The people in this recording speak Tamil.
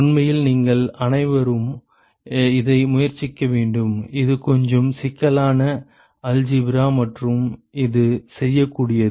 உண்மையில் நீங்கள் அனைவரும் இதை முயற்சிக்க வேண்டும் இது கொஞ்சம் சிக்கலான அல்ஜீப்ரா மற்றும் இது செய்யக்கூடியது